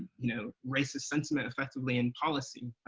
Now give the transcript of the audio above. you know, racist sentiment effectively in policy,